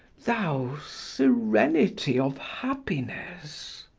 thou, serenity of happiness!